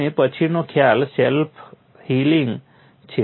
અને હવે પછીનો ખ્યાલ સેલ્ફ હીલિંગ છે